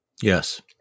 Yes